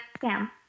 Sam